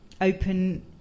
Open